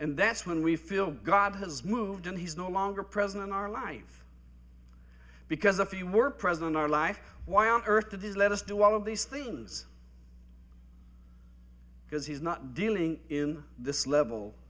and that's when we feel god has moved and he's no longer present in our life because if he were present our life why on earth that is let us do all of these things because he is not dealing in this level